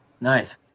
nice